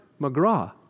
McGraw